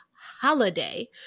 Holiday